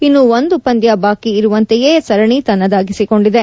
ಇನ್ನು ಒಂದು ಪಂದ್ಯ ಬಾಕಿ ಇರುವಂತೆಯೇ ಸರಣಿ ತನ್ನದಾಗಿಸಿಕೊಂಡಿದೆ